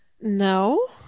No